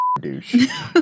douche